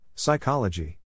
Psychology